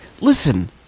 listen